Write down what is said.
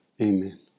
Amen